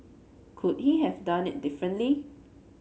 could he have done it differently